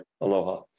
aloha